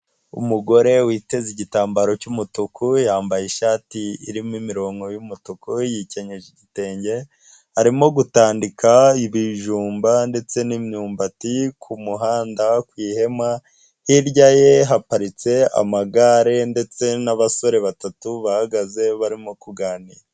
Umugore witeze igitambaro cy'umutuku, yambaye ishati irimo imirongo y'umutuku, yikenyeje igitenge, arimo gutandika ibijumba ndetse n'imyumbati kumuhanda ku ihema, hirya ye haparitse amagare ye ndetse n'abasore batatu bahagaze barimo kuganira.